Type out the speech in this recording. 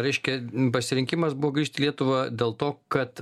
reiškia pasirinkimas buvo grįžti lietuvą dėl to kad